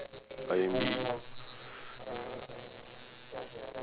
R&B